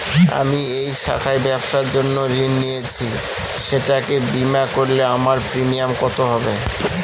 আমি এই শাখায় ব্যবসার জন্য ঋণ নিয়েছি সেটাকে বিমা করলে আমার প্রিমিয়াম কত হবে?